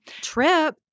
Trip